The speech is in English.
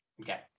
Okay